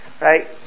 Right